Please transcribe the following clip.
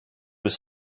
was